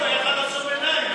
הוא יכול היה לעצום עיניים.